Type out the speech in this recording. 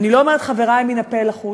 אבל אני לא אומרת "חברי" מן הפה אל החוץ,